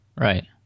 right